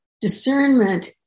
discernment